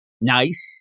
nice